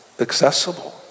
accessible